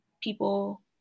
people